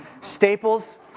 Staples